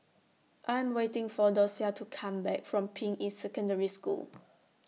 I Am waiting For Docia to Come Back from Ping Yi Secondary School